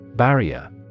Barrier